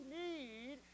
need